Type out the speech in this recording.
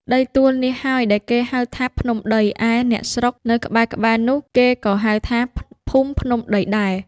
ដីទួលនេះហើយដែលគេហៅថាភ្នំដី ឯអ្នកស្រុកភូមិនៅក្បែរៗនោះ គេក៏ហៅថាភូមិភ្នំដីដែរ ។